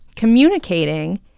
communicating